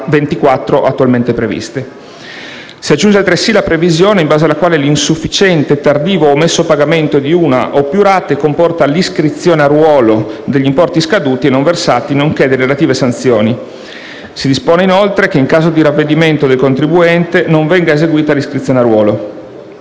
24 attualmente previste. Si aggiunge, altresì, la previsione in base alla quale l'insufficiente e tardivo omesso pagamento di una o più rate comporta l'iscrizione a ruolo degli importi scaduti e non versati, nonché delle relative sanzioni. Si dispone inoltre che in caso di ravvedimento del contribuente non venga eseguita l'iscrizione a ruolo.